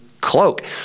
cloak